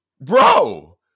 bro